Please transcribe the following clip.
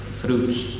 fruits